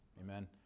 Amen